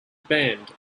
band